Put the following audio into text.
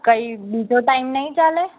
કંઈ બીજો ટાઈમ નહીં ચાલે